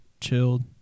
chilled